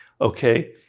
Okay